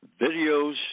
videos